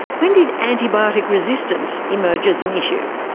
when did antibiotic resistance emerge as an issue?